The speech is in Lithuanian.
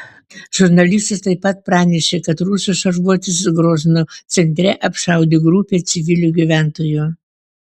žurnalistas taip pat pranešė kad rusų šarvuotis grozno centre apšaudė grupę civilių gyventojų